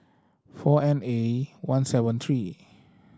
four N A one seven three